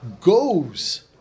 goes